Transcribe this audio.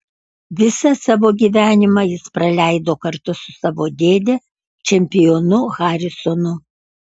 visą savo gyvenimą jis praleido kartu su savo dėde čempionu harisonu